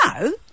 no